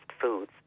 foods